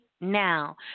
now